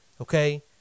okay